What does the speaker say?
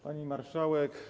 Pani Marszałek!